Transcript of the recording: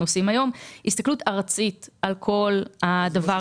עושים היום הסתכלות ארצית על כל הדבר הזה.